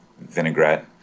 vinaigrette